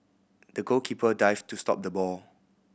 the goalkeeper dived to stop the ball